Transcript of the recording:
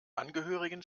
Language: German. angehörigen